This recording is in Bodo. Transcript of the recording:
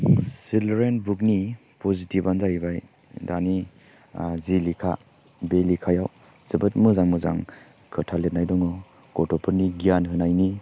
चिलड्रेन बुकनि पजिटिभआनो जायैबाय दानि जि लिखा बे लिखायाव जोबोद मोजां मोजां खोथा लिरनाय दङ गथ'फोरनि गियान होनायनि